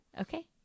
Okay